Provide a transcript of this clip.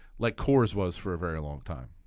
like coors was for a very long time?